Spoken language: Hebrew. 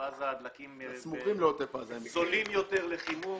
דלקים זולים יותר לחימום?